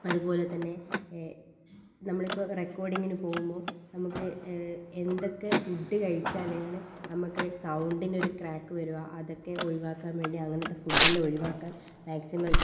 അതുപോലെ തന്നെ നമ്മൾ ഇപ്പോൾ റെക്കോഡിങ്ങിന് പോവുമ്പോൾ നമുക്ക് എന്തൊക്കെ ഫുഡ് കഴിച്ചാലാണ് നമുക്ക് സൗണ്ടിനൊരു ക്രാക്ക് വരുക അതൊക്കെ ഒഴിവാക്കാൻ വേണ്ടി അങ്ങനത്തെ ഫുഡ് എല്ലാം ഒഴിവാക്കാൻ മാക്സിമം